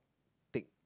tick